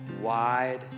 wide